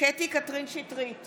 קטי קטרין שטרית,